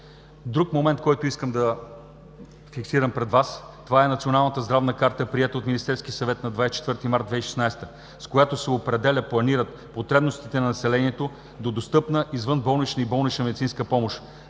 Друг момент, който искам да фиксирам пред Вас, е националната здравна карта, приета от Министерския съвет на 24 март 2016 г. С нея се определят и планират потребностите на населението до достъпна извънболнична и болнична медицинска помощ,